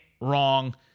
Wrong